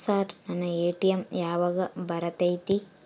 Sir ನನ್ನ ATM ಯಾವಾಗ ಬರತೈತಿ?